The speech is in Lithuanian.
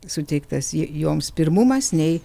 suteiktas joms pirmumas nei